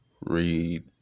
read